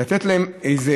לתת להן משהו,